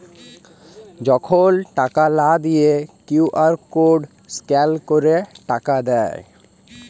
যখল টাকা লা দিঁয়ে কিউ.আর কড স্ক্যাল ক্যইরে টাকা দেয়